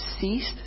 ceased